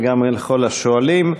וגם לכל השואלים.